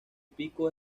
pico